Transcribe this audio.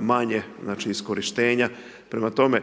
manje iskorištenja. Prema tome,